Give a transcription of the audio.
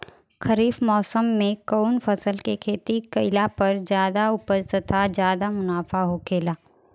खरीफ़ मौसम में कउन फसल के खेती कइला पर ज्यादा उपज तथा ज्यादा मुनाफा होखेला?